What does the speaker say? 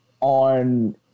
on